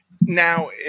Now